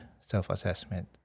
self-assessment